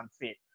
unfit